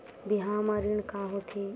बिहाव म ऋण का होथे?